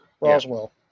Roswell